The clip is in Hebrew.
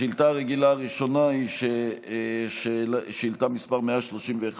השאילתה הרגילה הראשונה היא שאילתה מס' 131,